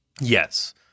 yes